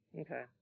Okay